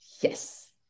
Yes